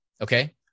Okay